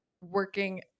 working